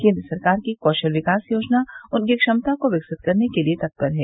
केन्द्र सरकार की कौशल विकास योजना उनकी क्षमता को विकसित करने के लिये तत्पर है